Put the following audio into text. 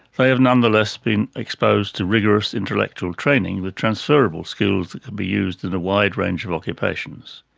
they have nonetheless been exposed to rigorous intellectual training with transferable skills that can be used in a wide range of occupations.